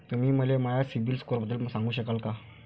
तुम्ही मले माया सीबील स्कोअरबद्दल सांगू शकाल का?